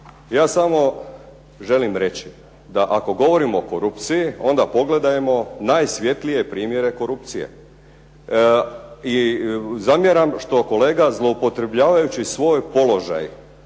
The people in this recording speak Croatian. Ja samo želim reći da ako govorimo o korupciji onda pogledajmo najsvjetlije primjere korupcije. I zamjeram što kolega zloupotrebljavajući svoj položaj